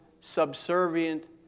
subservient